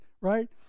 right